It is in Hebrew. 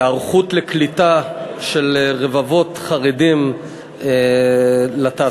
להיערכות לקליטה של רבבות חרדים בתעסוקה.